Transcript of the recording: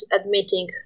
admitting